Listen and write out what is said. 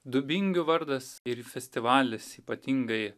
dubingių vardas ir festivalis ypatingai